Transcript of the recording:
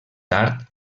tard